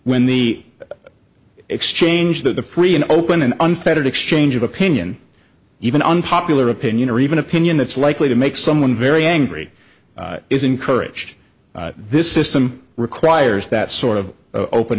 when the exchange that the free and open and unfettered exchange of opinion even unpopular opinion or even opinion that's likely to make someone very angry is encouraged this system requires that sort of open